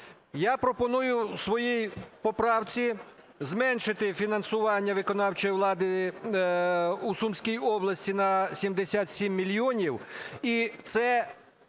Я пропоную в своїй поправці зменшити фінансування виконавчої влади у Сумській області на 77 мільйонів.